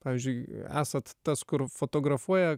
pavyzdžiui esat tas kur fotografuoja